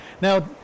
Now